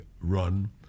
run